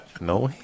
no